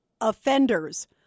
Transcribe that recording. offenders